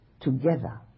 together